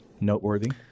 noteworthy